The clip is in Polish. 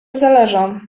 zależą